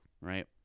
right